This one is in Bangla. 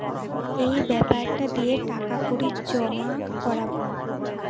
এই বেপারটা দিয়ে টাকা কড়ি জমা করাবো